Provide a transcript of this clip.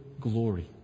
glory